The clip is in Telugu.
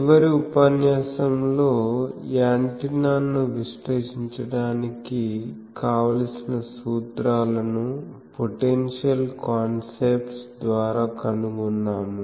చివరి ఉపన్యాసంలో యాంటెన్నాను విశ్లేషించడానికి కావలసిన సూత్రాలను పోటెన్షియల్ కాన్సెప్ట్స్ ద్వారా కనుగొన్నాము